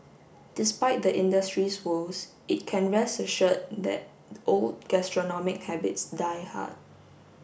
despite the industry's woes it can rest assured that old gastronomic habits die hard